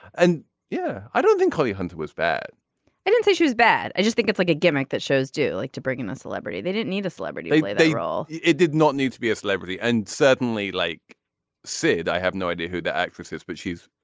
and yeah i don't think holly hunter was bad i didn't say she was bad. i just think it's like a gimmick that shows do like to bring in a celebrity. they didn't need a celebrity they they yeah all yeah did not need to be a celebrity and suddenly like said i have no idea who the actresses but she's.